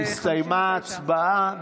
הסתיימה ההצבעה.